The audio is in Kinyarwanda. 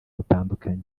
butandukanye